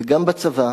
וגם בצבא